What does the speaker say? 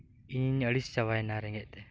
ᱤᱧ ᱟᱹᱲᱤᱥ ᱪᱟᱵᱟᱭᱮᱱᱟ ᱨᱮᱸᱜᱮᱡ ᱛᱮ